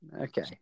okay